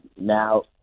now